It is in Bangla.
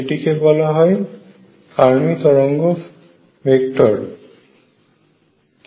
এটিকে বলা হয় ফার্মি তরঙ্গ ফ্যাক্টর kF